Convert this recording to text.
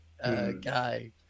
Guy